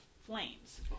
Flames